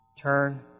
Turn